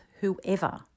whoever